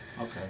Okay